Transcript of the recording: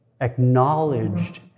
acknowledged